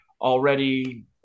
already